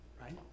Right